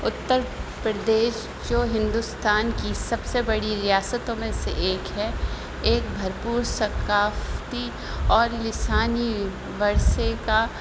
اتر پردیش جو ہندوستان کی سب سے بڑی ریاستوں میں سے ایک ہے ایک بھرپور ثقافتی اور لسانی ورثے کا